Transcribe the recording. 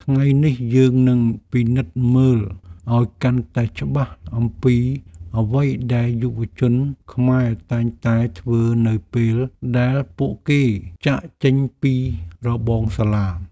ថ្ងៃនេះយើងនឹងពិនិត្យមើលឱ្យកាន់តែច្បាស់អំពីអ្វីដែលយុវជនខ្មែរតែងតែធ្វើនៅពេលដែលពួកគេចាកចេញពីរបងសាលា។